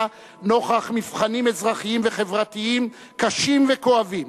נוכח מבחנים אזרחיים וחברתיים קשים וכואבים: